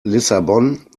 lissabon